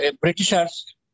Britishers